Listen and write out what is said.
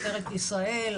משטרת ישראל,